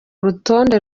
rutonde